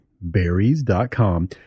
berries.com